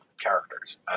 characters